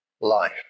life